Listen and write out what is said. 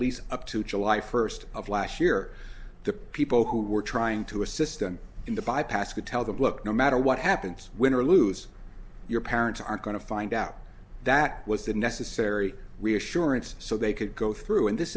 least up to july first of last year the people who were trying to assist them in the bypass could tell them look no matter what happens when or lose your parents are going to find out that was the necessary reassurance so they could go through and this